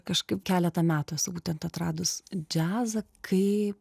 kažkaip keletą metų esu būtent atradus džiazą kai